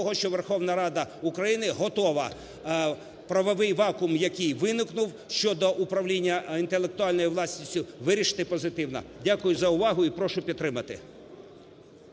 що Верховна Рада України готова правовий вакуум, який виникнув щодо управління інтелектуальною власністю, вирішити позитивно. Дякую за увагу. І прошу підтримати.